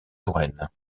touraine